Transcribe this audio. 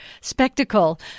spectacle